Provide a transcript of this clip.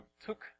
took